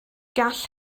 gall